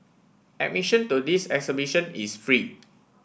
admission to this exhibition is free